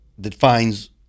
defines